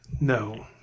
No